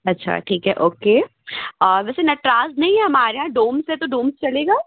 अच्छा ठीक है ओके वैसे नटराज़ नहीं है हमारे यहाँ डोम्स है तो डोम्स चलेगा